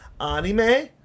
anime